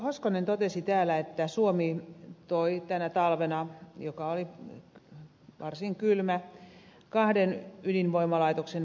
hoskonen totesi täällä että suomi toi tänä talvena joka oli varsin kylmä kahden ydinvoimalaitoksen verran sähköä